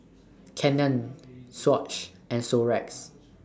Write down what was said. Canon Swatch and Xorex